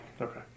Okay